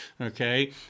okay